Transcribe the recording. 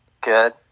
Good